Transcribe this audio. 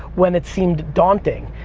when it seemed daunting.